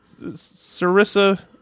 Sarissa